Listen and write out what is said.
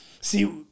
See